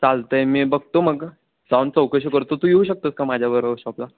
चालतं आहे मी बघतो मग जाऊन चौकशी करतो तू येऊ शकतोस का माझ्याबरोबर शॉपला